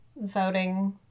voting